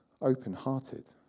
open-hearted